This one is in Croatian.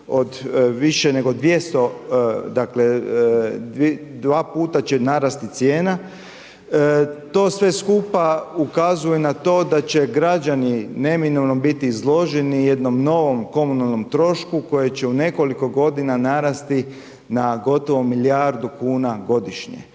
od više nego 200, dakle, 2 puta će narasti cijena. To sve skupa ukazuje na to da će građani neminovno biti izloženi jednom novom komunalnom trošku, koje će u nekoliko godina narasti na gotovo milijardu kuna godišnje.